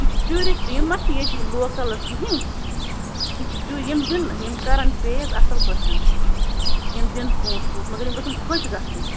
یِم چھِ ٹیوٗرِسٹ یِم مَہ چھِ ییٚتِکۍ لوکَل حظ کِہیٖنۍ یِم چھِ یِم دِنٛنہٕ یِم کَرَن پے حظ اَصٕل پٲٹھۍ یِم دِنۍ پونٛسہٕ وونٛسہٕ مگر یِم گژھَن خۄش گَژھٕنۍ